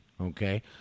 okay